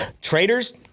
traders